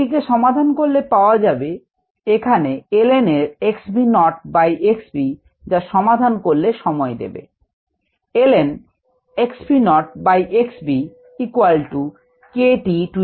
এটিকে সমাধান করলে পাওয়া যাবে এখানে ln এর x v naught by x v যা সমাধান করলে সময় দেবে